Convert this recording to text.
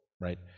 right